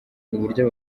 uburyo